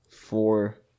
four